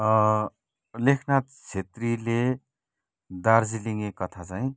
लेखनाथ छेत्रीले दार्जिलिङे कथा चाहिँ